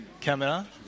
camera